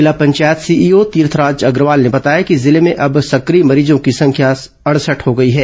जिला पंचायत सीईओ तीर्थराज अग्रवाल ने बताया कि जिले में अब सक्रिय मरीजों की संख्या अडसठ हो गई है